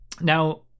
Now